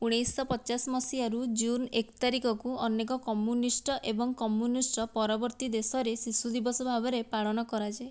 ଉଣେଇଶଶହ ପଚାଶ ମସିହାରୁ ଜୁନ୍ ଏକ ତାରିଖକୁ ଅନେକ କମ୍ୟୁନିଷ୍ଟ ଏବଂ କମ୍ୟୁନିଷ୍ଟ ପରବର୍ତ୍ତୀ ଦେଶରେ ଶିଶୁ ଦିବସ ଭାବରେ ପାଳନ କରାଯାଏ